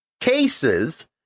cases